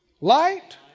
Light